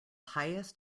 highest